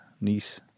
Niece